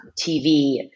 TV